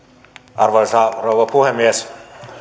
arvoisa rouva puhemies